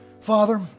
Father